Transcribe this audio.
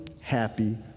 happy